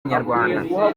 nyarwanda